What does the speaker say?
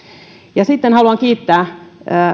sitten haluan kiittää